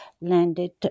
landed